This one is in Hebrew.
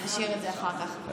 נשאיר את זה לאחר כך.